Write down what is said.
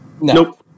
Nope